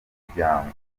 umuryango